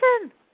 listen